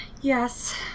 Yes